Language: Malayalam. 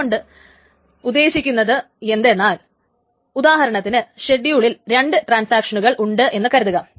അതുകൊണ്ട് ഉദ്ദേശിക്കുന്നത് എന്തെന്നാൽ ഉദാഹരണത്തിന് ഷെഡ്യൂളിൽ രണ്ട് ട്രാൻസാക്ഷനുകൾ ഉണ്ട് എന്ന് കരുതുക